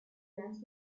元素